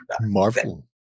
Marvel